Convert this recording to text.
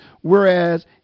whereas